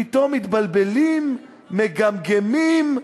פתאום מתבלבלים, מגמגמים.